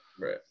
Right